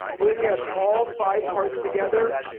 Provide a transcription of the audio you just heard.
but when you add all five parts together,